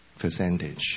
percentage